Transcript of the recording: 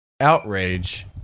outrage